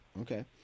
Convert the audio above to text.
Okay